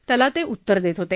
त्याला ते उत्तर देत होते